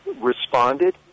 responded